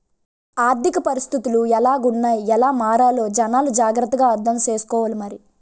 ఆర్థిక పరిస్థితులు ఎలాగున్నాయ్ ఎలా మారాలో జనాలే జాగ్రత్త గా అర్థం సేసుకోవాలి మరి